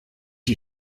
you